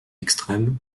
extrême